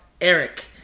Eric